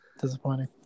Disappointing